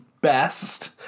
best